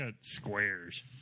squares